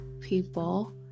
people